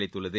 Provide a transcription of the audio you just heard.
அளித்துள்ளது